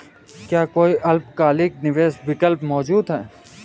क्या कोई अल्पकालिक निवेश विकल्प मौजूद है?